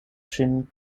ŝin